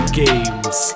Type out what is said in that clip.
games